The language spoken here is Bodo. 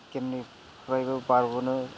गेमनिफ्रायबो बारग'नो